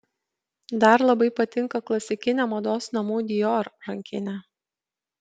dar labai patinka klasikinė mados namų dior rankinė